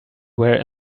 were